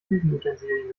küchenutensilien